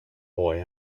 boy